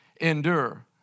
endure